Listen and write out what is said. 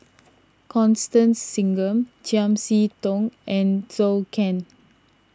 Constance Singam Chiam See Tong and Zhou Can